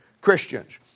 Christians